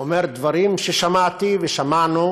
אומר דברים ששמעתי ושמענו